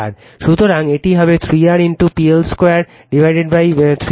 সুতরাং এটি হবে 3 R PL 2 3 VL 2